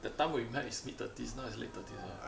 that time we met is mid-thirties now is late-thirties [what]